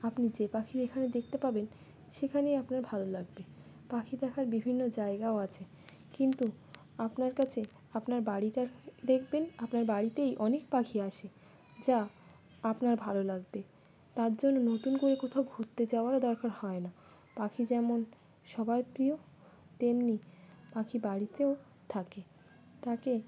আপনি যে পাখির এখানে দেখতে পাবেন সেখানেই আপনার ভালো লাগবে পাখি দেখার বিভিন্ন জায়গাও আছে কিন্তু আপনার কাছে আপনার বাড়িটার দেখবেন আপনার বাড়িতেই অনেক পাখি আসে যা আপনার ভালো লাগবে তার জন্য নতুন করে কোথাও ঘুরতে যাওয়ারও দরকার হয় না পাখি যেমন সবার প্রিয় তেমনি পাখি বাড়িতেও থাকে তাকে